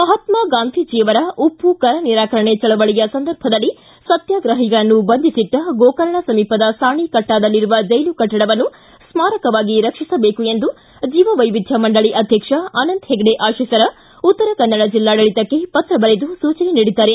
ಮಹಾತ್ಮಾ ಗಾಂಧೀಜಿಯವರ ಉಪ್ಪು ಕರನಿರಾಕರಣೆ ಚಳವಳಿಯ ಸಚಿದರ್ಭದಲ್ಲಿ ಸತ್ತಾಗ್ರಹಿಗಳನ್ನು ಬಂಧಿಸಿಟ್ಟ ಗೋಕರ್ಣ ಸಮೀಪದ ಸಾಣಿಕಟ್ಟಾದಲ್ಲಿರುವ ಜೈಲು ಕಟ್ಟಡವನ್ನು ಸ್ಮಾರಕವಾಗಿ ರಕ್ಷಿಸಬೇಕು ಎಂದು ಜೀವವೈವಿಧ್ಯ ಮಂಡಳಿ ಅಧ್ಯಕ್ಷ ಅನಂತ ಹೆಗಡೆ ಅತೀಸರ ಉತ್ತರಕನ್ನಡ ಜಿಲ್ಲಾಡಳಿತಕ್ಕೆ ಪತ್ರ ಬರೆದು ಸೂಚನೆ ನೀಡಿದ್ದಾರೆ